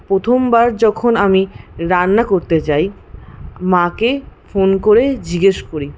প্রথমবার যখন আমি রান্না করতে যাই মাকে ফোন করে জিজ্ঞেস করি